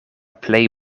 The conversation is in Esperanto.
plej